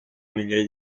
migliaia